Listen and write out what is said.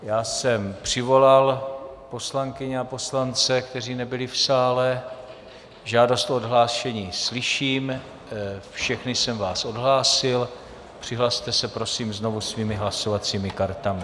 Já jsem přivolal poslankyně a poslance, kteří nebyli v sále, žádost o odhlášení slyším, všechny jsem vás odhlásil, přihlaste se prosím znovu svými hlasovacími kartami.